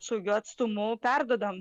saugiu atstumu perduodam